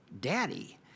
daddy